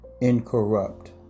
Incorrupt